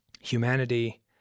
humanity